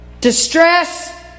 distress